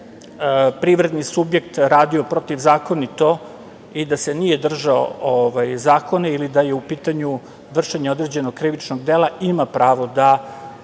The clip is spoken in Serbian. da je privredni subjekt radio protivzakonito i da se nije držao zakona ili da je u pitanju vršenje određenog krivičnog dela, ima pravo da